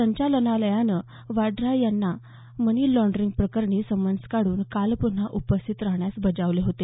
संचलनालयानं वाड्रा यांना money laundering प्रकरणी summons काढून काल पुन्हा उपस्थित राहण्यास बजावले होते